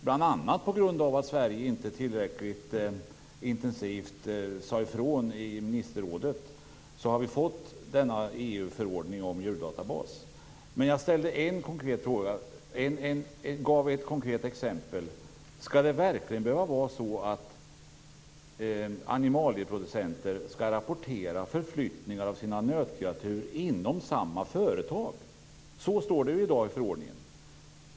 Bl.a. på grund av att Sverige inte tillräckligt intensivt sade ifrån i ministerrådet har vi fått denna EU-förordning om djurdatabas. Jag gav ett konkret exempel. Skall det verkligen behöva vara så att animalieproducenter skall rapportera förflyttningar av nötkreatur inom samma företag? Så står det i dag i förordningen.